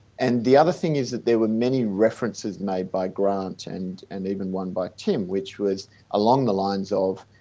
and the other thing is that there were many references made by grant and and even one by tim, which was along the lines of,